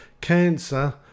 cancer